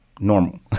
normal